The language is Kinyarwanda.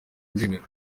ndemera